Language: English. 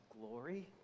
glory